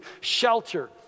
shelter